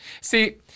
see